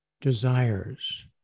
desires